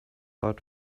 god